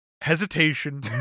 hesitation